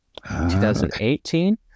2018